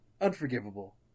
Unforgivable